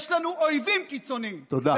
יש לנו אויבים קיצוניים, תודה.